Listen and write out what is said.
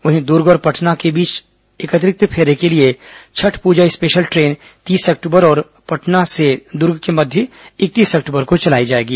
वहीं दुर्ग और पटना के मध्य एक अतिरिक्त फेरे के लिए छठ प्रजा स्पेशल द्रेन तीस अक्टूबर और पटना से दुर्ग के मध्य इकतीस अक्टूबर को चलाई जाएगी